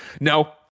No